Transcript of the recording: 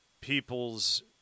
people's